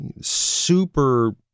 super